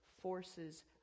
forces